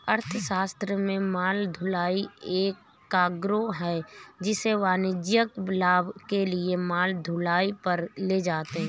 अर्थशास्त्र में माल ढुलाई एक कार्गो है जिसे वाणिज्यिक लाभ के लिए माल ढुलाई पर ले जाते है